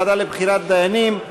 לוועדה לבחירת דיינים,